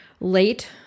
late